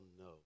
no